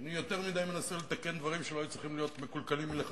שאני יותר מדי מנסה לתקן דברים שלא היו צריכים להיות מקולקלים מלכתחילה.